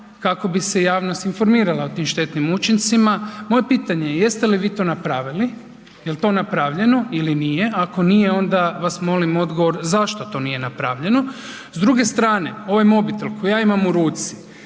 kako bi se javnost informirala o tim štetnim učincima. Moje pitanje je, jeste li vi to napravili jel to napravljeno ili nije? Ako nije onda vas molim odgovor zašto to nije napravljeno. S druge strane, ovaj mobitel koji ja imam u ruci,